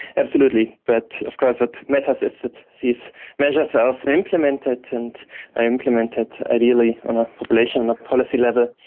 absolutely, but of course what matters is that these measures are also implemented and are implemented ideally on a population policy level,